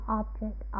object